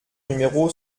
numéro